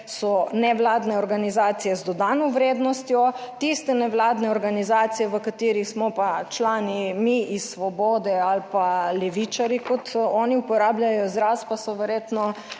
so nevladne organizacije z dodano vrednostjo, tiste nevladne organizacije, v katerih smo pa člani mi iz Svobode ali pa levičarji, kot oni uporabljajo izraz, pa so verjetno